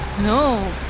No